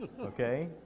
Okay